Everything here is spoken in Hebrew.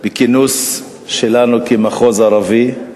שלנו כמחוז ערבי,